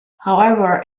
however